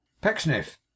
pecksniff